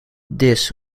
this